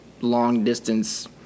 long-distance